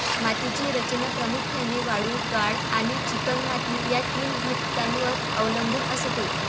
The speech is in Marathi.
मातीची रचना प्रामुख्याने वाळू, गाळ आणि चिकणमाती या तीन घटकांवर अवलंबून असते